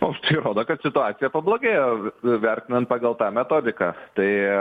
o tai rodo kad situacija pablogėjo vertinant pagal tą metodiką tai